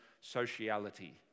sociality